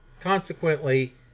consequently